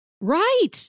right